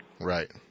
Right